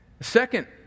Second